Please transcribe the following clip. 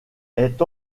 est